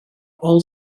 all